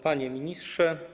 Panie Ministrze!